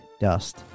dust